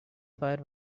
fire